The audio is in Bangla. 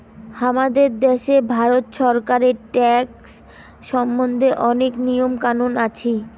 হামাদের দ্যাশে ভারত ছরকারের ট্যাক্স সম্বন্ধে অনেক নিয়ম কানুন আছি